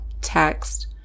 text